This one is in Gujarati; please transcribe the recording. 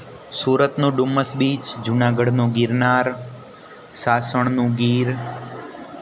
સુરતનો ડુમસ બીચ જુનાગઢનો ગિરનાર સાસણનું ગીર